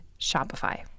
Shopify